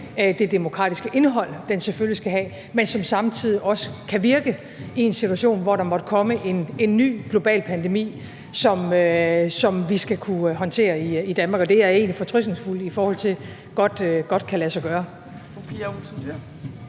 det demokratiske indhold, den selvfølgelig skal have, men som samtidig også kan virke i en situation, hvor der måtte komme en ny global pandemi, som vi skal kunne håndtere i Danmark. Jeg er egentlig fortrøstningsfuld, i forhold til at det godt kan lade sig gøre.